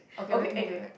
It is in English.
okay anyway